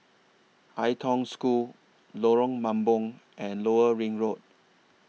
Ai Tong School Lorong Mambong and Lower Ring Road